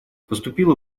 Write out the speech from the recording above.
поступила